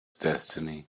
destiny